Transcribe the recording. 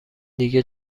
دیگه